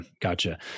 gotcha